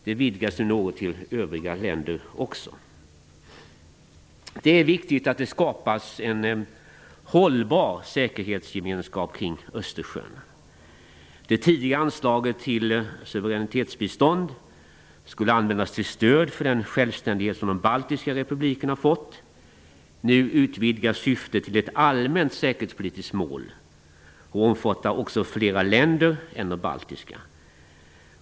Det vidgas nu något till övriga länder också. Det är viktigt att det skapas en hållbar säkerhetsgemenskap kring Östersjön. Det tidigare anslaget till suveränitetsbistånd skulle användas till stöd för den självständighet som de baltiska republikerna fått. Nu utvidgas syftet till ett allmänt säkerhetspolitiskt mål och omfattar också flera länder än de baltiska.